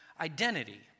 identity